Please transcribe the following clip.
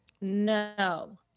No